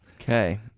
Okay